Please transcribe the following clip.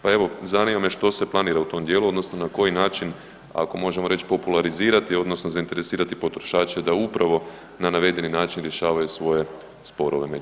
Pa evo zanima me što se planira u tom dijelu odnosno na koji način ako možemo reći popularizirati odnosno zainteresirati potrošače da upravo na navedeni način rješavaju svoje sporove međusobno.